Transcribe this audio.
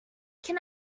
can